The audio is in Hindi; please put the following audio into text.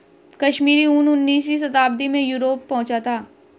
कश्मीरी ऊन उनीसवीं शताब्दी में यूरोप पहुंचा था